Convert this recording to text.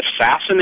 assassinate